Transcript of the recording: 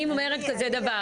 אני אומרת כזה דבר.